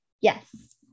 Yes